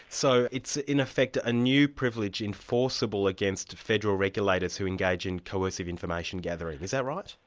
so it's in effect a new privilege enforceable against federal regulators who engage in coercing information gathering, is that right?